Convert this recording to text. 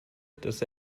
dass